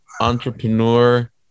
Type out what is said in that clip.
entrepreneur